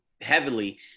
heavily